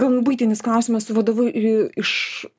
gan buitinis klausimas su vadovu iš